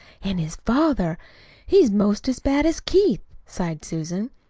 an' his father he's most as bad as keith, sighed susan.